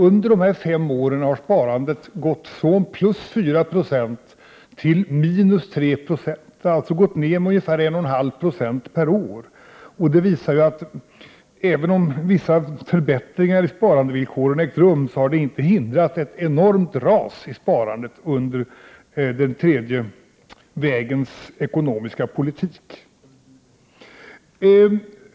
Under dessa fem år har sparandet minskat från plus 4 96 till minus 3 96, dvs. ungefär 1,5 eo per år. Det visar att även om vissa förbättringar i villkoren för sparandet har ägt rum, har det inte hindrat ett enormt ras i sparandet under den tredje vägens ekonomiska politik.